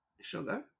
sugar